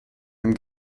dem